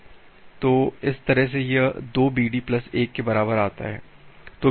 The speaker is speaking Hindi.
तो इस तरह यह 2BD प्लस 1 के बराबर आता है